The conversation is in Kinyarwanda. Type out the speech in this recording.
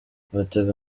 batega